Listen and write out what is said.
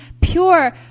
pure